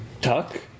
Tuck